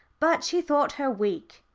but she thought her weak.